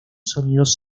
sonidos